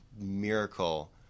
miracle